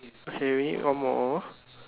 okay we need one more